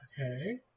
Okay